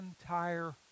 entire